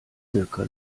zirka